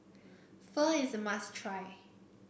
Pho is a must try